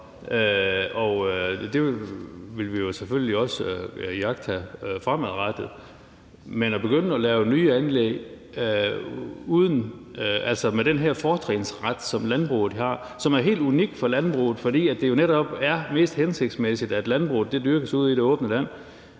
det vil vi selvfølgelig også iagttage fremadrettet. Men i forhold til at begynde at lave nye anlæg vil jeg sige, at landbruget har den her fortrinsret, som er noget helt unikt for landbruget, fordi det netop er mest hensigtsmæssigt, at landbruget dyrkes ude i det åbne land.